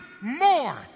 more